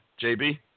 JB